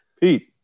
Pete